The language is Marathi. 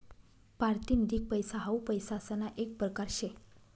पारतिनिधिक पैसा हाऊ पैसासना येक परकार शे